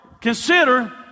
consider